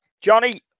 Johnny